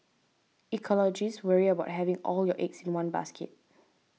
ecologists worry about having all your eggs in one basket